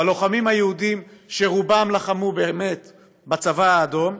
הלוחמים היהודים, שרובם לחמו בצבא האדום,